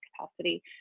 capacity